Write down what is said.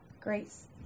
Grace